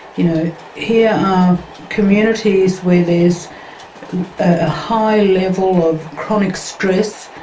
you know here are communities where there is a high level of chronic stress,